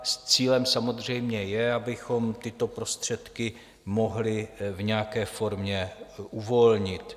Cílem samozřejmě je, abychom tyto prostředky mohli v nějaké formě uvolnit.